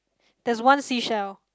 there is one seashell